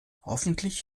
hoffentlich